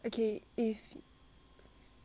okay if